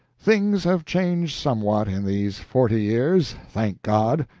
things have changed somewhat in these forty years, thank god!